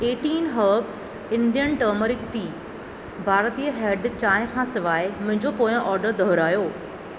eighteen herbs Indian turmeric tea भारतीय हैडु चांहि खां सवाइ मुंहिंजो पोयों ऑडर दुहिरायो